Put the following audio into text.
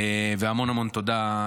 והמון המון תודה.